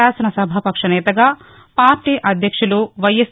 శాసనసభాపక్ష నేతగా పార్టీ అధ్యక్షులు వైఎస్